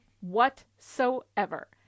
whatsoever